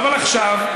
אבל עכשיו,